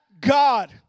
God